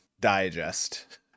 digest